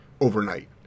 overnight